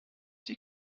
die